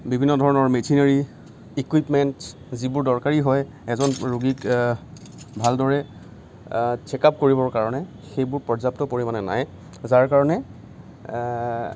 বিভিন্ন ধৰণৰ machinery equipments যিবোৰ দৰকাৰী হয় এজন ৰোগীক ভালদৰে চেক আপ কৰিবৰ কাৰণে সেইবোৰ পৰ্যাপ্ত পৰিমাণে নাই যাৰ কাৰণে